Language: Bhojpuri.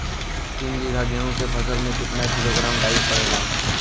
तीन बिघा गेहूँ के फसल मे कितना किलोग्राम डाई पड़ेला?